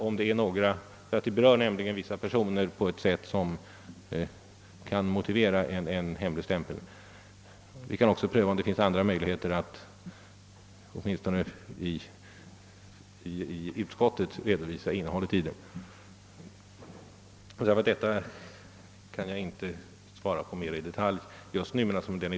Utredningen berör nämligen vissa personer på ett sätt som kan motivera en hemligstämpling. Vi kan också pröva om det finns andra möjligheter, t.ex. att åtminstone inom utskottet redovisa innehållet i undersökningen. Jag kan alltså inte nu svara mera i detalj på herr Ohlins fråga.